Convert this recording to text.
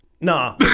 nah